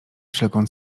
wszelką